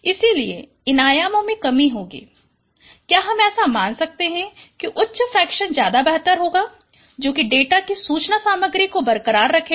इसलिए इन आयामों में कमी होगी क्या हम ऐसा मान सकते हैं कि उच्च फ्रैक्शन ज्यादा बेहतर होगा जो कि डेटा की सूचना सामग्री को बरकरार रखेगा